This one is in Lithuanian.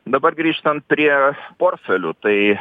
dabar grįžtant prie portfelių tai